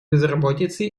безработицы